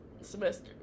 semester